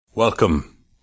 Welcome